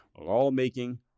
lawmaking